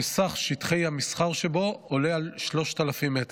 שסך שטחי המסחר שבו עולה על 3,000 מטר.